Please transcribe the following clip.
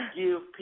give